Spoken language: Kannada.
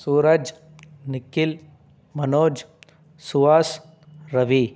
ಸೂರಜ್ ನಿಖಿಲ್ ಮನೋಜ್ ಸುಹಾಸ್ ರವಿ